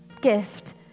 gift